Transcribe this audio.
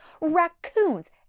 raccoons